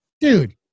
Dude